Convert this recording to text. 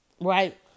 Right